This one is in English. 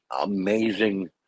amazing